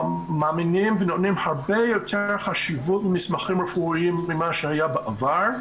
מאמינים ונותנים הרבה יותר חשיבות למסמכים רפואיים ממה שהיה בעבר,